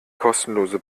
kostenlose